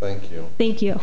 thank you